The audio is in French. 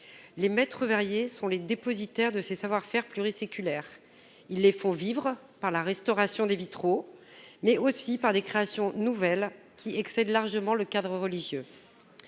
Les maîtres verriers sont les dépositaires de ses savoir-faire pluriséculaires. Ils les font vivre par la restauration des vitraux, mais aussi par des créations nouvelles, qui excèdent largement le cadre religieux.